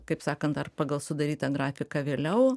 kaip sakant ar pagal sudarytą grafiką vėliau